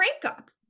breakup